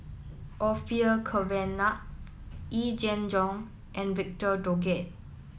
Orfeur Cavenagh Yee Jenn Jong and Victor Doggett